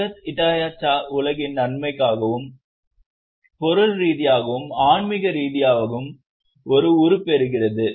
ஜகத் ஹிட்டாய சா உலகின் நன்மைக்காகவும் பொருள் ரீதியாகவும் ஆன்மீக ரீதியாகவும் உரு பெறுகிறது